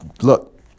look